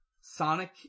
Sonic